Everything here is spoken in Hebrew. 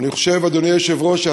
אדוני היושב-ראש,